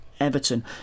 Everton